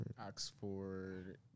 Oxford